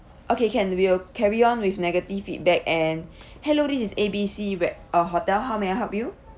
okay can we'll carry on with negative feedback and hello this is A B C re~ uh hotel how may I help you